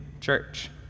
church